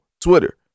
Twitter